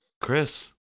Chris